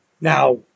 Now